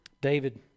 David